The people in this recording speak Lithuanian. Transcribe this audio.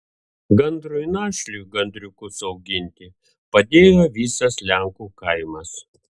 gandrui našliui gandriukus auginti padėjo visas lenkų kaimas